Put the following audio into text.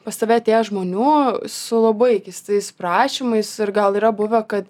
pas tave atėję žmonių su labai keistais prašymais ir gal yra buvę kad